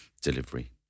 delivery